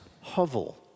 hovel